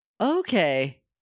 Okay